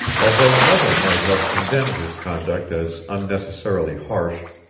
although another might have condemned his conduct as unnecessarily harsh,